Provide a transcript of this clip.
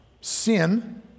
sin